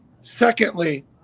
Secondly